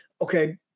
okay